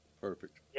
Perfect